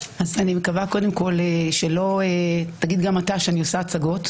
אני מקווה שלא תגיד גם אתה שאני עושה הצגות,